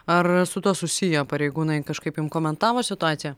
ar su tuo susiję pareigūnai kažkaip jum komentavo situaciją